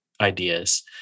ideas